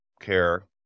care